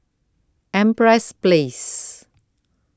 Empress Place